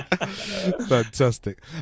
fantastic